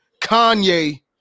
Kanye